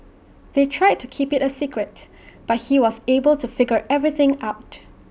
they tried to keep IT A secret but he was able to figure everything out